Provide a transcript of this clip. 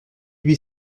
huit